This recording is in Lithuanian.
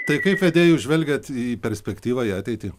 tai kaip vedėju žvelgiat į perspektyvą į ateitį